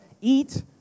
eat